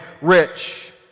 rich